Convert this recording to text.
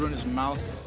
his mouth.